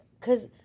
cause